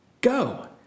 Go